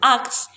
Acts